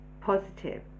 positive